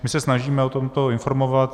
My se snažíme o tomto informovat.